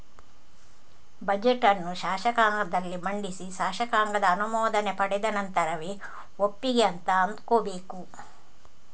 budget ಅನ್ನು ಶಾಸಕಾಂಗದಲ್ಲಿ ಮಂಡಿಸಿ ಶಾಸಕಾಂಗದ ಅನುಮೋದನೆ ಪಡೆದ ನಂತರವೇ ಒಪ್ಪಿಗೆ ಅಂತ ಅಂದ್ಕೋಬೇಕು